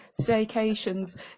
staycations